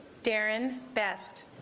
darren best